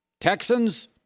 Texans